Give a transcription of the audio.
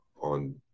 on